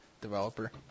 developer